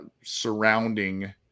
surrounding